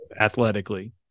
athletically